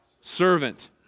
servant